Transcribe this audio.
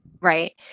Right